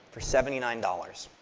for seventy nine dollars.